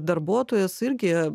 darbuotojas irgi